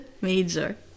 major